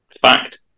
Fact